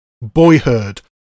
Boyhood